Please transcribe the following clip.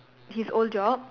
his old job